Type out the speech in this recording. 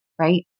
right